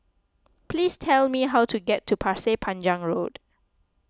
please tell me how to get to Pasir Panjang Road